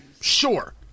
sure